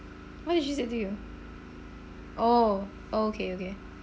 what did she say to you oh oh okay okay